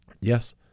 Yes